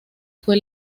fue